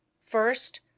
First